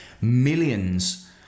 millions